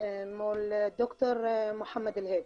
מול ד"ר מוחמד אלהיב.